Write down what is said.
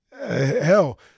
Hell